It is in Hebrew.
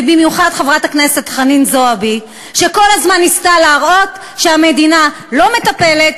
ובמיוחד חברת הכנסת חנין זועבי כל הזמן ניסתה להראות שהמדינה לא מטפלת,